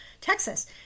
Texas